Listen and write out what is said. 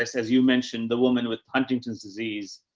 as as you mentioned, the woman with huntington's disease,